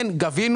כן, גבינו